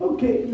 Okay